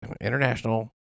international